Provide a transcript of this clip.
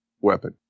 weapon